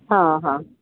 हां हां